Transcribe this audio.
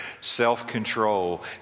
self-control